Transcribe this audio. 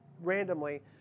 randomly